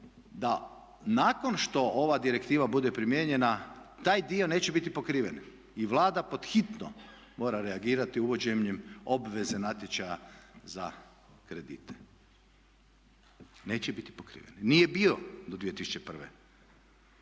da nakon što ova direktiva bude primjenjena taj dio neće biti pokriven i Vlada pod hitno mora reagirati uvođenjem obveze natječaja za kredite. Neće biti pokriveni, nije bio do 2001.